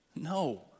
No